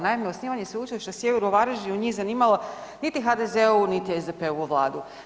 Naime, osnivanje Sveučilišta Sjever u Varaždinu nije zanimala niti HDZ-ovu, niti SDP-ovu vladu.